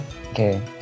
Okay